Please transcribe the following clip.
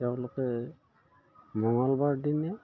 তেওঁলোকে মঙলবাৰ দিনা